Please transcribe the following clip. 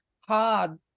hard